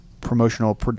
promotional